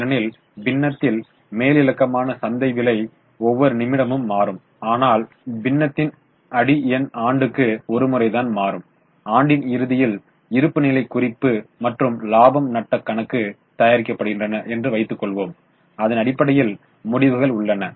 ஏனெனில் பின்னத்தில் மேலிலக்கமான சந்தை விலை ஒவ்வொரு நிமிடமும் மாறும் ஆனால் பின்னத்தின் அடி எண் ஆண்டுக்கு ஒரு முறை தான் மாறும் ஆண்டின் இறுதியில் இருப்புநிலைக் குறிப்பு மற்றும் இலாபம் நட்ட கணக்கு தயாரிக்கப்படுகின்றன என்று வைத்துக்கொள்வோம் அதன் அடிப்படையில் முடிவுகள் உள்ளன